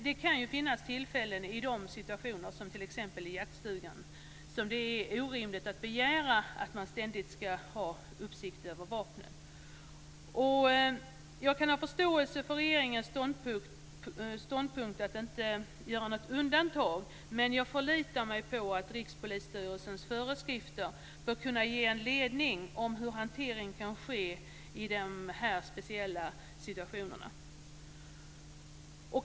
Det finns dock tillfällen, t.ex. i situationer som den i jaktstugan, när det är orimligt att begära att vapeninnehavaren ständigt ska hålla uppsikt över vapnen. Jag kan ha förståelse för regeringens ståndpunkt att inte göra något undantag, men jag förlitar mig på att Rikspolisstyrelsens föreskrifter bör kunna ge en ledning om hur hantering kan ske i dessa speciella situationer.